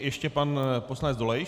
Ještě pan poslanec Dolejš.